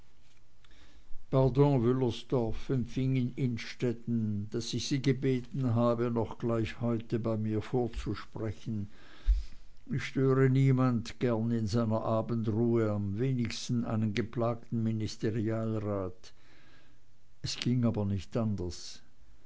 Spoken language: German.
innstetten daß ich sie gebeten habe noch gleich heute bei mir vorzusprechen ich störe niemand gern in seiner abendruhe am wenigsten einen geplagten ministerialrat es ging aber nicht anders